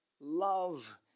love